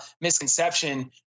misconception